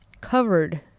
covered